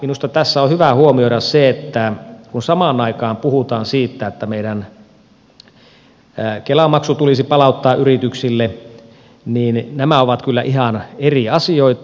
minusta tässä on hyvä huomioida se että kun samaan aikaan puhutaan siitä että meidän tulisi palauttaa kela maksu yrityksille niin nämä ovat kyllä ihan eri asioita